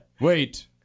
Wait